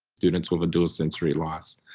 students who have a dual sensory loss.